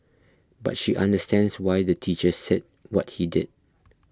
but she understands why the teacher said what he did